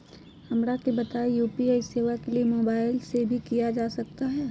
हमरा के बताइए यू.पी.आई सेवा के लिए मोबाइल से भी किया जा सकता है?